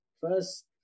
First